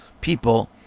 people